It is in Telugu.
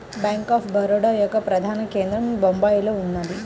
బ్యేంక్ ఆఫ్ బరోడ యొక్క ప్రధాన కేంద్రం బొంబాయిలో ఉన్నది